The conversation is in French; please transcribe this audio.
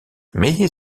mais